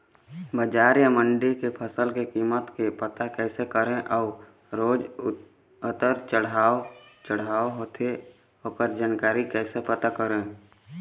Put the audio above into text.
बजार या मंडी के फसल के कीमत के पता कैसे करें अऊ रोज उतर चढ़व चढ़व होथे ओकर जानकारी कैसे पता करें?